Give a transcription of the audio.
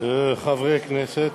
חברי הכנסת,